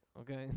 okay